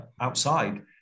outside